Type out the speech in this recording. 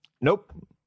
nope